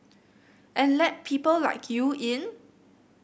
and let people like you in